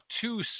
two